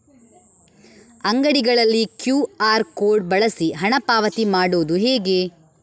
ಅಂಗಡಿಗಳಲ್ಲಿ QR code ಬಳಸಿ ಹಣ ಪಾವತಿ ಮಾಡೋದು ಹೇಗೆ?